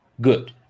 good